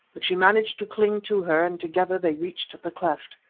but she managed to cling to her, and together they reached the cleft.